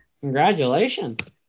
Congratulations